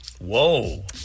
Whoa